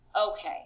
okay